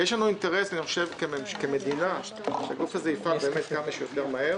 יש לנו אינטרס כמדינה שהגוף הזה יפעל כמה שיותר מהר